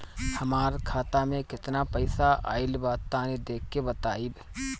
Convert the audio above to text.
हमार खाता मे केतना पईसा आइल बा तनि देख के बतईब?